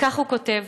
וכך הוא כותב: